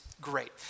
great